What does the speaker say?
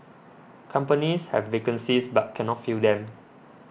companies have vacancies but cannot fill them